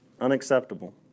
Unacceptable